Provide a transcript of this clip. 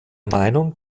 meinung